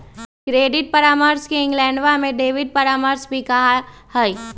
credit परामर्श के इंग्लैंडवा में डेबिट परामर्श भी कहा हई